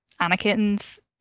Anakin's